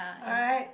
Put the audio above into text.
alright